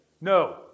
No